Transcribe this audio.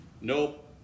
Nope